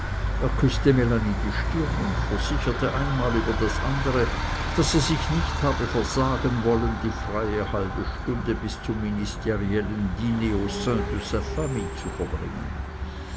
er küßte melanie die stirn und versicherte einmal über das andere daß er sich's nicht habe versagen wollen die freie halbe stunde bis zum ministeriellen diner au sein de sa famille zu verbringen